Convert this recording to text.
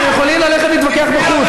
אתם יכולים ללכת להתווכח בחוץ.